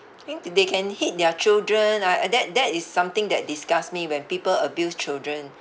think they can hit their children ah uh that that is something that disgusts me when people abuse children